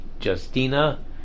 Justina